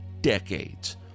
decades